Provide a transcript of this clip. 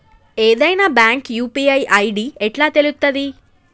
ఏదైనా bank UPI ID ఎట్లా తెలుత్తది?